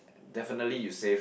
definitely you saved